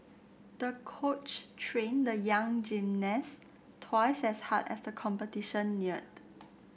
the coach trained the young gymnast twice as hard as the competition neared